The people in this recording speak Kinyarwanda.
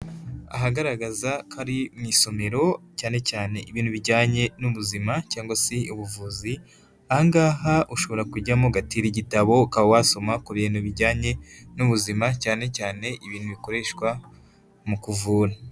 Ahagaragaza ko ari mu isomero cyane cyane ibintu bijyanye n'ubuzima cyangwa se ubuvuzi, aha ngaha ushobora kujyamo ugatira igitabo ukaba wasoma ku bintu bijyanye n'ubuzima cyane cyane ibintu bikoreshwa mu kuvura.